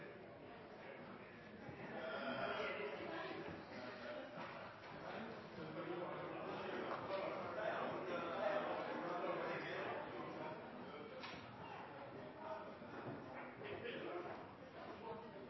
et så